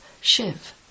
Shiv